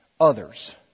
others